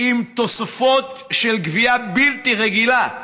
עם תוספות של גבייה בלתי רגילה,